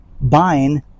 buying